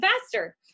faster